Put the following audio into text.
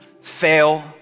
fail